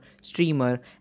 streamer